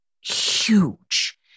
huge